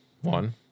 One